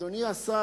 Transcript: אדוני השר,